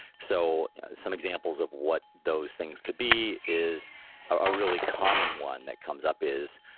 so some examples of what those things could be is a really common one that comes up is,